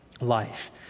life